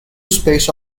space